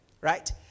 right